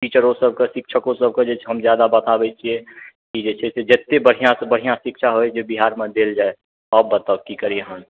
टीचरो सब के शिक्षको सब के जे छै हम जादा बताबै छियै कि जे छै से जते बढिआँ सऽ बढिआँ शिक्षा होइ जे बिहार मे देल जाय आब बताउ की करियै हम